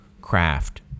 craft